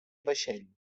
vaixell